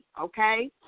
okay